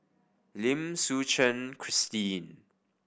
Lim Suchen Christine